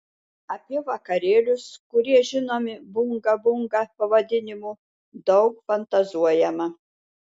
apie vakarėlius kurie žinomi bunga bunga pavadinimu daug fantazuojama